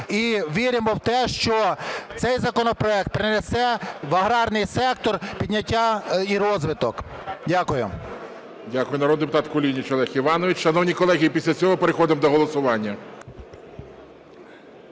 і віримо в те, що цей законопроект принесе в аграрний сектор підняття і розвиток. Дякую. ГОЛОВУЮЧИЙ. Дякую. Народний депутат Кулініч Олег Іванович. Шановні колеги, і після цього переходимо до голосування